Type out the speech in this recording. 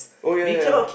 oh ya ya ya